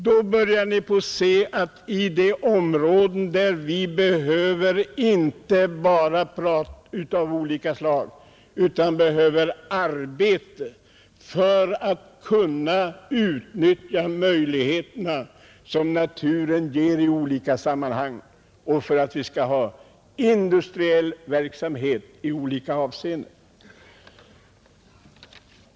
Och nu gäller det områden där det inte behövs prat utan där det behövs arbete för att de möjligheter skall kunna utnyttjas som naturen ger i Norrland.